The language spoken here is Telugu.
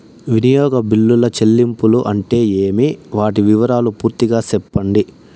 వినియోగ బిల్లుల చెల్లింపులు అంటే ఏమి? వాటి వివరాలు పూర్తిగా సెప్పండి?